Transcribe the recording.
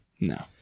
No